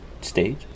stage